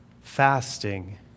fasting